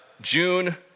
June